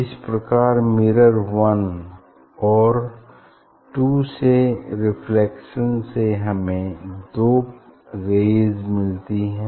इस प्रकार mirror one और टू से रिफ्लेक्शन से हमें दो रेज़ मिलती हैं